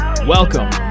Welcome